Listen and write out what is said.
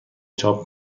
چاپ